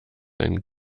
ein